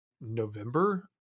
November